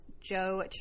Joe